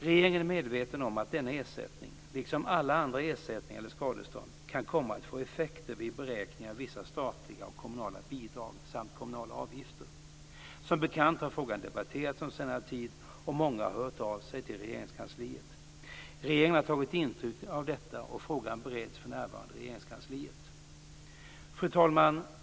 Regeringen är medveten om att denna ersättning, liksom alla andra ersättningar eller skadestånd, kan komma att få effekter vid beräkningen av vissa statliga och kommunala bidrag samt kommunala avgifter. Som bekant har frågan debatterats under senare tid och många har hört av sig till Regeringskansliet. Regeringen har tagit intryck av detta och frågan bereds för närvarande i Regeringskansliet. Fru talman!